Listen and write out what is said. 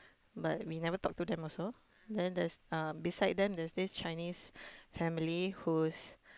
but we never talk to them also then there's um beside them there's this Chinese family whose